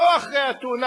לא אחרי התאונה,